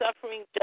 suffering